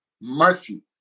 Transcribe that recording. Mercy